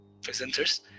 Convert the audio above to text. presenters